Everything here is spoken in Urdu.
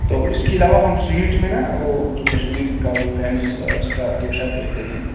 تو اس کے علاوہ ہم سویٹ میں نا وہ جو کشمیر کا وہ فیمس جس کو آپ توشا کہتے ہیں